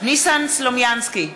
ניסן סלומינסקי,